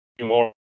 more